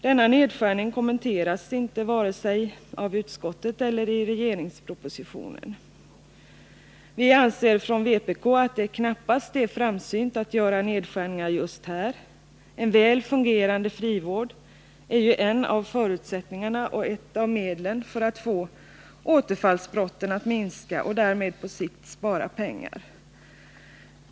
Denna nedskärning kommenteras inte vare sig av utskottet eller i regeringspropositionen. Vi anser från vpk att det knappast är framsynt att göra nedskärningar just här — en väl fungerande frivård är ju en av förutsättningarna och ett av medlen för att få återfallsbrotten att minska och därmed på sikt spara pengar.